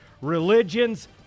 religions